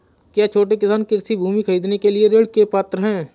क्या छोटे किसान कृषि भूमि खरीदने के लिए ऋण के पात्र हैं?